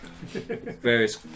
various